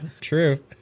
true